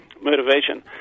motivation